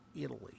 italy